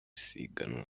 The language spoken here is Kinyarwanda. siganwa